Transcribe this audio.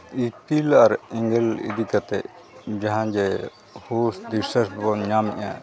ᱤᱯᱤᱞ ᱟᱨ ᱮᱸᱜᱮᱞ ᱤᱫᱤ ᱠᱟᱛᱮᱫ ᱡᱟᱦᱟᱸ ᱡᱮ ᱦᱩᱥ ᱵᱤᱥᱥᱟᱹᱥ ᱵᱚᱱ ᱧᱟᱢᱮᱜᱼᱟ